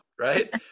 right